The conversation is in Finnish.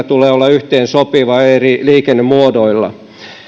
tulee olla yhteensopiva eri liikennemuodoilla